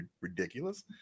ridiculous